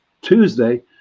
Tuesday